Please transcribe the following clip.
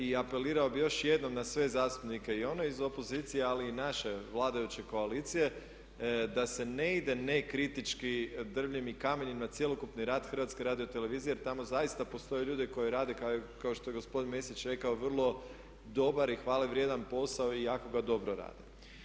I apelirao bih još jednom na sve zastupnike i one iz opozicije ali i naše vladajuće koalicije da se ne ide ne kritički drvljem i kamenjem na cjelokupni rad HRT-a jer tamo zaista postoje ljudi koji rade kao što je gospodin Mesić rekao vrlo dobar i hvalevrijedan posao i jako ga dobro rade.